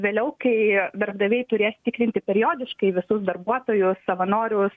vėliau kai darbdaviai turės tikrinti periodiškai visus darbuotojus savanorius